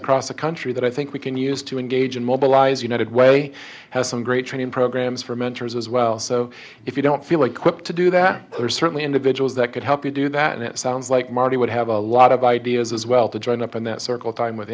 across the country that i think we can use to engage in mobilize united way has some great training programs for mentors as well so if you don't feel like quick to do that there are certainly individuals that could help you do that and it sounds like marty would have a lot of ideas as well to join up in that circle time with